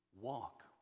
Walk